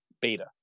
beta